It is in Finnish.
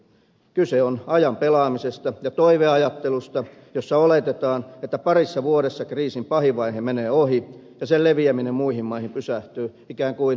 kyse on ajan pelaamisesta ja toiveajattelusta jossa oletetaan että parissa vuodessa kriisin pahin vaihe menee ohi ja sen leviäminen muihin maihin pysähtyy ikään kuin itsestään